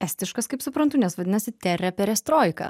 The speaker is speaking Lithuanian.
estiškas kaip suprantu nes vadinasi tere perestroika